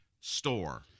store